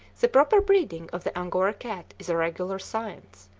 the proper breeding of the angora cat is a regular science.